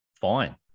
fine